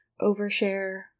overshare